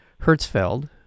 Hertzfeld